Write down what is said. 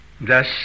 Thus